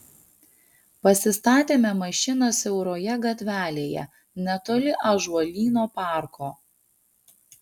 pasistatėme mašiną siauroje gatvelėje netoli ąžuolyno parko